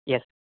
yes